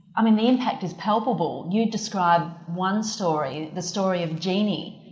i mean the impact is palpable. you describe one story, the story of jeannie,